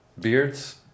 beards